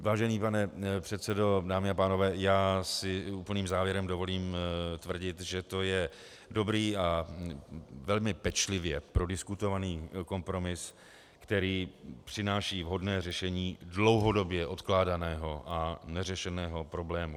Vážený pane předsedo, dámy a pánové, já si úplným závěrem dovolím tvrdit, že to je dobrý a velmi pečlivě prodiskutovaný kompromis, který přináší vhodné řešení dlouhodobě odkládaného a neřešeného problému.